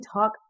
talk